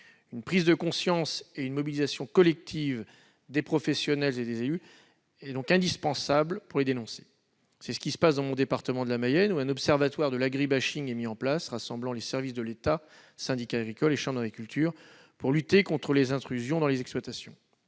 Une prise de conscience et une mobilisation collectives des professionnels et des élus sont indispensables pour dénoncer ces agissements. Dans mon département, la Mayenne, un observatoire de l'agri-bashing a été mis en place. Il rassemble les services de l'État, les syndicats agricoles et la chambre d'agriculture en vue de lutter contre les intrusions dans les exploitations.